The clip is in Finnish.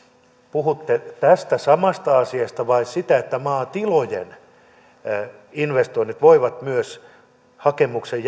puhutte tästä samasta asiasta vai siitä että maatilojen investoinnit voivat myös hakemuksen